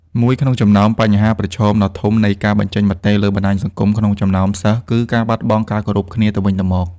មួយក្នុងចំណោមបញ្ហាប្រឈមដ៏ធំនៃការបញ្ចេញមតិលើបណ្ដាញសង្គមក្នុងចំណោមសិស្សគឺ ការបាត់បង់ការគោរពគ្នាទៅវិញទៅមក។